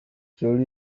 jolly